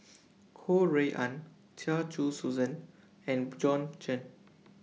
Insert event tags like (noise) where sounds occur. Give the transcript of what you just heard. (noise) Ho Rui An Chia Choo Suan and Bjorn Shen